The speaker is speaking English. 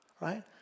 right